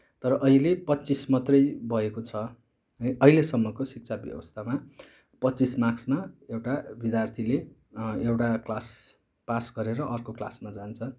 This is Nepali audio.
तर अहिले पच्चिस मात्रै भएको छ अहिलेसम्मको शिक्षा व्यवस्थामा पच्चिस मार्क्समा एउटा विद्यार्थीले एउटा क्लास पास गरेर अर्को क्लासमा जान्छ